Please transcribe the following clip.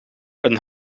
een